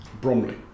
Bromley